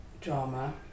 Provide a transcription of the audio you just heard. drama